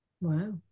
Wow